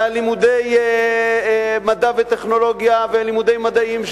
ובלימודי מדע וטכנולוגיה ולימודי מדעים,